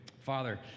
Father